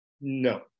No